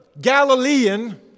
Galilean